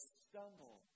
stumble